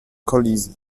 kolizji